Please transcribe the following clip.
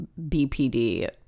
BPD